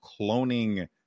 cloning